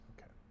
Okay